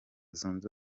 zunze